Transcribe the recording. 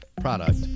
product